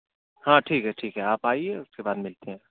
ہاں ٹھیک ہے ٹھیک ہے آپ آئیے اس کے بعد ملتے ہیں